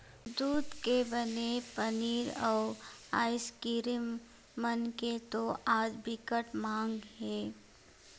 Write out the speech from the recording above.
दूद के बने पनीर, अउ आइसकीरिम मन के तो आज बिकट माग हे